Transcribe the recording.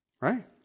Right